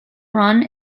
run